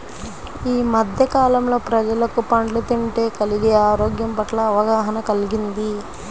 యీ మద్దె కాలంలో ప్రజలకు పండ్లు తింటే కలిగే ఆరోగ్యం పట్ల అవగాహన కల్గింది